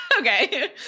Okay